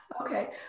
Okay